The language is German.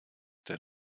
der